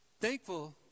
thankful